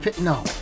No